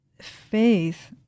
faith